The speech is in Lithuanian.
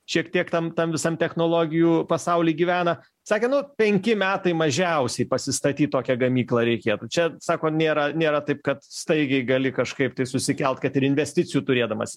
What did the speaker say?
šiek tiek tam tam visam technologijų pasauly gyvena sakė nu penki metai mažiausiai pasistatyt tokią gamyklą reikėtų čia sako nėra nėra taip kad staigiai gali kažkaip tai susikelt kad ir investicijų turėdamas